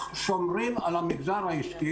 זה הכרחי.